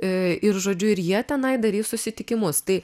ir žodžiu ir jie tenai darys susitikimus tai